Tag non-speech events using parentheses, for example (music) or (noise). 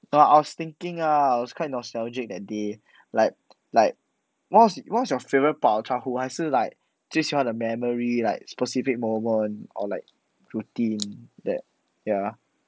no ah I was thinking ah I was quite nostalgic that day like (noise) like what's what's your favourite part of childhood 还是 like 最喜欢的 memory like specific moment or like routine that ya